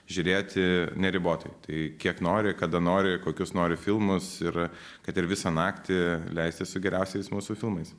žiūrėti neribotai tai kiek nori kada nori kokius nori filmus ir kad ir visą naktį leisti su geriausiais mūsų filmais